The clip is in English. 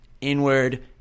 inward